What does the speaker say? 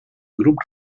grups